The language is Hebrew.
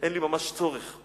כשאין לי ממש צורך.